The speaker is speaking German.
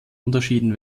unterschieden